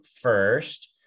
first